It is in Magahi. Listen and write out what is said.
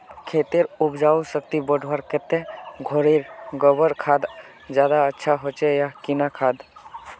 खेतेर उपजाऊ शक्ति बढ़वार केते घोरेर गबर खाद ज्यादा अच्छा होचे या किना खाद?